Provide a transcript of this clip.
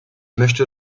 möchte